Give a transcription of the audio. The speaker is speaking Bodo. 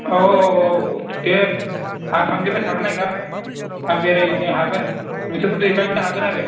औ औ औ दे आं थांग्लिबाय थाखानायखा आं बेरायहोनो हागोन नोंसोरखौ दैबायनो हागोन आरो